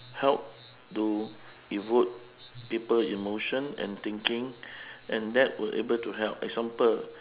help to evoke people emotion and thinking and that will able to help example